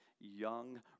young